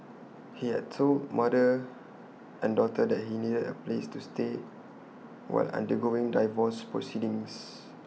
he had told mother and daughter that he needed A place to stay while undergoing divorce proceedings